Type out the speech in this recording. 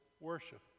worship